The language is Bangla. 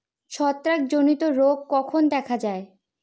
ছত্রাক জনিত রোগ কখন দেখা য়ায়?